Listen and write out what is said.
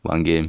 玩 game